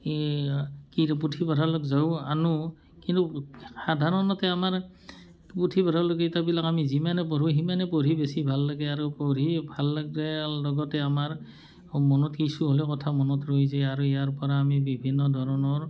ই কি পুথিভঁৰালত যাওঁ আনো কিন্তু সাধাৰণতে আমাৰ পুথিভঁৰাল কিতাপবিলাক আমি যিমানে পঢ়োঁ সিমানে পঢ়ি বেছি ভাল লাগে আৰু পঢ়ি ভাল লগাৰ লগতে আমাৰ মনত কিছু হ'লে কথা মনত ৰৈ যায় আৰু ইয়াৰ পৰা আমি বিভিন্ন ধৰণৰ